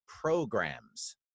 programs